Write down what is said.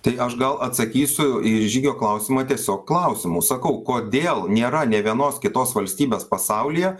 tai aš gal atsakysiu į žygio klausimą tiesiog klausimu sakau kodėl nėra nė vienos kitos valstybės pasaulyje